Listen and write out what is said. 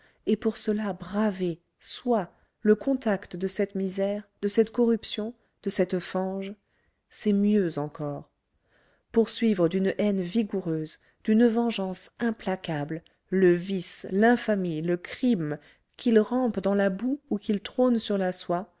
et pour cela braver soi le contact de cette misère de cette corruption de cette fange c'est mieux encore poursuivre d'une haine vigoureuse d'une vengeance implacable le vice l'infamie le crime qu'ils rampent dans la boue ou qu'ils trônent sur la soie